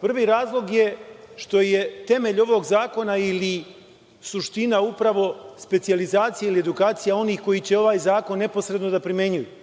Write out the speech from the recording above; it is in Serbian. Prvi razlog je što je temelj ovog zakona ili suština, upravo specijalizacija ili edukacija onih koji će ovaj zakon neposredno da primenjuju.